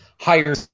higher